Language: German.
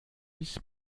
bis